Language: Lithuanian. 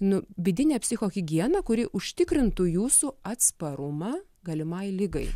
nu vidinė psichohigiena kuri užtikrintų jūsų atsparumą galimai ligai